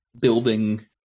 building